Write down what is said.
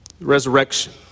Resurrection